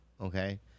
Okay